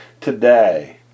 today